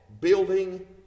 building